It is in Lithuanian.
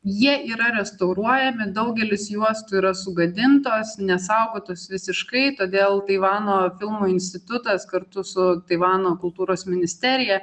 jie yra restauruojami daugelis juostų yra sugadintos nesaugotos visiškai todėl taivano filmų institutas kartu su taivano kultūros ministerija